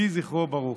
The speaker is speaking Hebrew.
יהי זכרו ברוך.